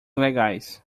legais